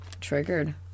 Triggered